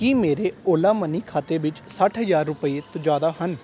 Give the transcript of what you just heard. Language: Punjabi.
ਕੀ ਮੇਰੇ ਓਲਾ ਮਨੀ ਖਾਤੇ ਵਿੱਚ ਸੱਠ ਹਜ਼ਾਰ ਰੁਪਈਏ ਤੋਂ ਜ਼ਿਆਦਾ ਹਨ